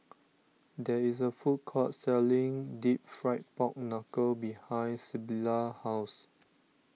there is a food court selling Deep Fried Pork Knuckle behind Sybilla's house